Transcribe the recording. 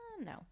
No